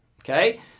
Okay